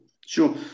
sure